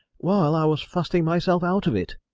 while i was fasting my self out of it.